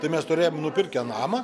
tai mes turėjom nupirkę namą